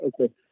Okay